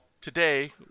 today